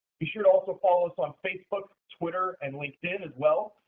be sure to also follow us on facebook, twitter, and linkedin, as well.